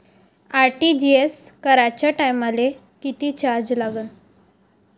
RTGS कराच्या टायमाले किती चार्ज लागन?